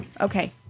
Okay